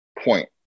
point